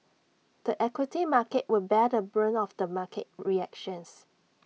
the equity market will bear the brunt of the market reactions